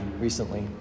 recently